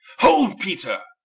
hold peter,